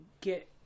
get